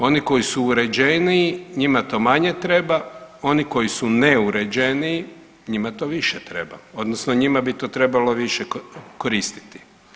Oni koji su uređeniji njima to manje treba, oni koji su neuređeniji njima to više treba, odnosno njima bi to trebalo više koristiti.